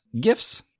gifts